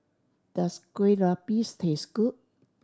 does Kueh Lapis taste good